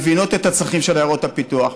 מבינות את הצרכים של עיירות הפיתוח,